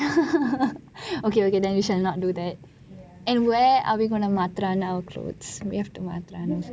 okay okay then we shall not do that where are we going to மாற்றான்:mattraan our clothes we have to மாற்றான்:mattraan